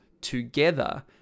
together